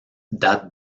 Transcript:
date